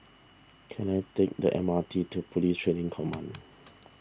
can I take the M R T to Police Training Command